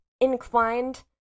inclined